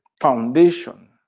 foundation